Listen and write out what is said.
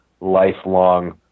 lifelong